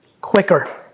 quicker